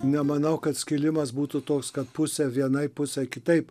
nemanau kad skilimas būtų toks kad pusę vienai pusę kitaip